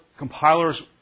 compilers